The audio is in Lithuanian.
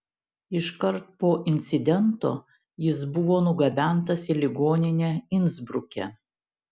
iškart po incidento jis buvo nugabentas į ligoninę insbruke